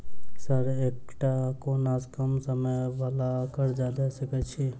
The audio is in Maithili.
सर एकटा कोनो कम समय वला कर्जा दऽ सकै छी?